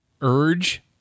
urge